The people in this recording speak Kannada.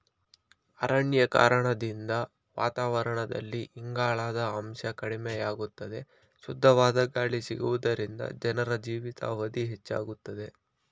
ಅರಣ್ಯೀಕರಣದಿಂದ ವಾತಾವರಣದಲ್ಲಿ ಇಂಗಾಲದ ಅಂಶ ಕಡಿಮೆಯಾಗುತ್ತದೆ, ಶುದ್ಧವಾದ ಗಾಳಿ ಸಿಗುವುದರಿಂದ ಜನರ ಜೀವಿತಾವಧಿ ಹೆಚ್ಚಾಗುತ್ತದೆ